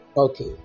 Okay